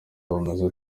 bamaze